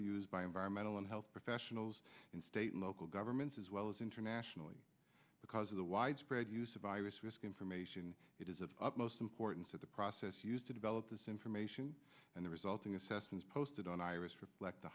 used by environmental and health professionals in state and local governments as well as internationally because of the widespread use of virus risk information it is of utmost importance to the process used to develop this information and the resulting assessments posted on iris for elect the